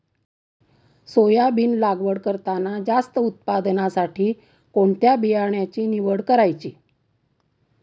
Soybean लागवड करताना जास्त उत्पादनासाठी कोणत्या बियाण्याची निवड करायची?